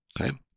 okay